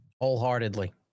wholeheartedly